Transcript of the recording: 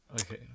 okay